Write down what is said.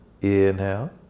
Inhale